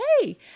hey